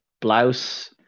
blouse